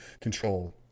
control